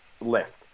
left